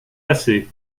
assez